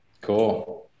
Cool